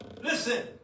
Listen